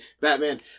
Batman